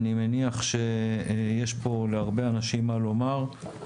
אני מניח שיש פה להרבה אנשים מה לומר,